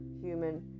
human